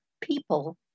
people